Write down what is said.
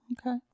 Okay